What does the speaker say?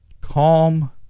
Calm